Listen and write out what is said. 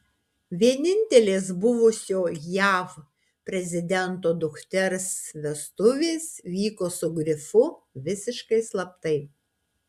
vienintelės buvusio jav prezidento dukters vestuvės vyko su grifu visiškai slaptai